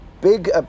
big